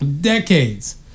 Decades